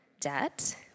debt